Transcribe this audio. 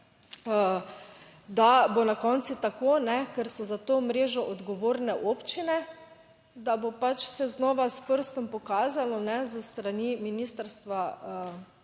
da bo na koncu tako, ker so za to mrežo odgovorne občine, da bo pač se znova s prstom pokazalo s strani Ministrstva